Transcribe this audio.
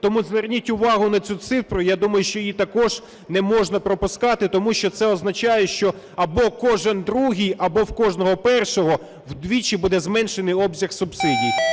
Тому зверніть увагу на цю цифру. Я думаю, що її також не можна пропускати. Тому що це означає, що або кожен другий, або в кожного першого удвічі буде зменшено обсяг субсидій.